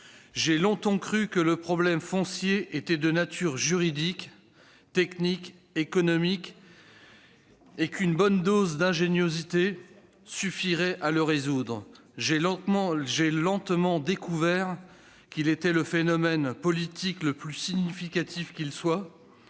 J'ai longtemps cru que le problème foncier était de nature juridique, technique, économique et qu'une bonne dose d'ingéniosité suffirait à le résoudre. J'ai lentement découvert qu'il était le problème politique le plus significatif qui soit